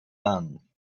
done